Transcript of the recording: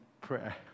prayer